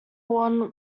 won